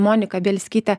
monika bielskytė